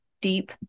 deep